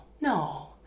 no